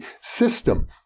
system